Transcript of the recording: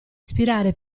ispirare